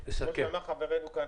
כמו שאמר חברינו כאן,